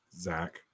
Zach